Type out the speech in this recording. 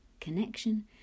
connection